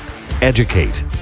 educate